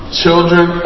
children